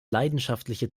leidenschaftliche